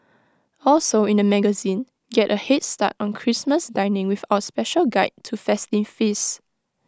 also in the magazine get A Head start on Christmas dining with our special guide to festive feasts